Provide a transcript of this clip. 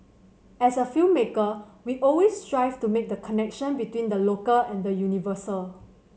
as a filmmaker we always strive to make the connection between the local and the universal